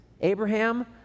Abraham